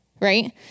right